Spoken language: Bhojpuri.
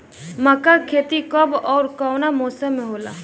मका के खेती कब ओर कवना मौसम में होला?